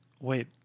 wait